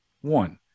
one